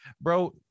bro